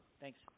thanks